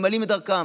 ממלאים את דרכם?